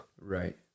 Right